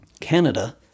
Canada